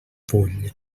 vull